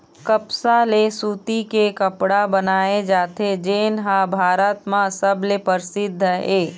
कपसा ले सूती के कपड़ा बनाए जाथे जेन ह भारत म सबले परसिद्ध हे